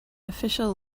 official